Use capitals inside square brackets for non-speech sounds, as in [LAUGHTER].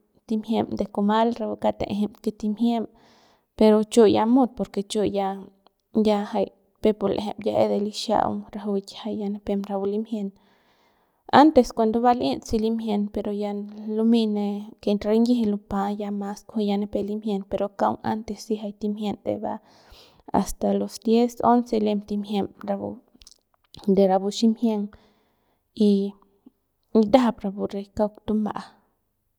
Timjiem de kumal rapu kaung taejem que timjiem pero chu ya mut porque chu ya ya jay peuk pu l'eje ya es de lixa'aung rajuik ya jay nipem rapu limjien antes cuando va li'it si limjien pero ya lumey ne que rinyiji lupa ya mas ya kujui nipep limjien pero kaung antes si jay timjiem de va asta los, lem timjiem rapu [NOISE] de rapu ximjieng y ndajap rapu re kauk tuma'a.